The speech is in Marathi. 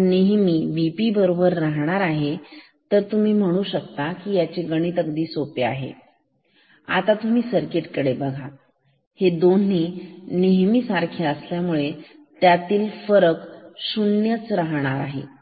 नेहमी VP बरोबर राहणार आहे तेव्हा तुम्ही म्हणू शकता याचे गणित अगदी सोपा आहे आता तुम्ही सर्किट कडे बघा हे दोन्ही नेहमी सारखी असल्यामुळे त्यातील फरक शून्य राहील